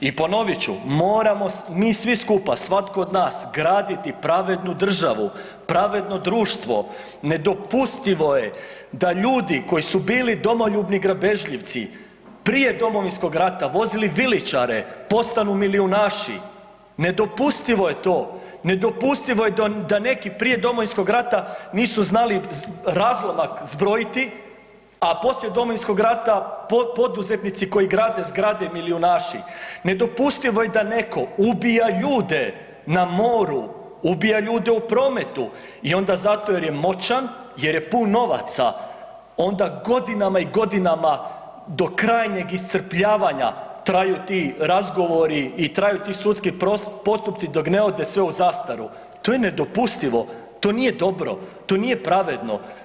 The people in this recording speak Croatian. I ponovit ću moramo, mi svi skupa, svatko od nas graditi pravednu državu, pravedno društvo, nedopustivo je da ljudi koji su bili domoljubni grabežljivci prije Domovinskog rata, vozili viličare postanu milijunaši, nedopustivo je to, nedopustivo je da neki prije Domovinskog rata nisu znali razlomak zbrojiti, a poslije Domovinskog rata poduzetnici koji grade zgrade milijunaši, nedopustivo je da netko ubija ljude na moru, ubija ljude u prometu i onda zato jer je moćan, jer je pun novaca onda godinama i godinama do krajnjeg iscrpljavanja traju ti razgovori i traju sudski postupci dok ne ode sve u zastaru, to je nedopustivo, to nije dobro, to nije pravedno.